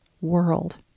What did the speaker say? world